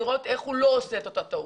לראות איך הוא לא עושה את אותה טעות.